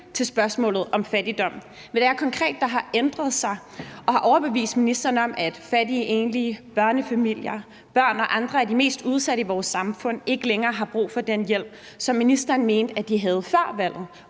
til spørgsmålet om fattigdom, og hvad det er konkret, der har ændret sig og har overbevist ministeren om, at fattige enlige børnefamilier, børn og andre af de mest udsatte i vores samfund ikke længere har brug for den hjælp, som ministeren mente de havde brug